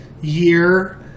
year